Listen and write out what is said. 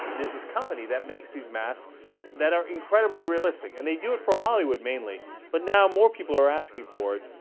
is is company that makes these masks that are incredibly realistic and they do it for hollywood mainly but now more people are asking for it